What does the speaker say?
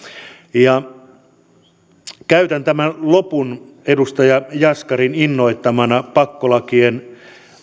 käytän tämän lopun edustaja jaskarin innoittamana pakkolakien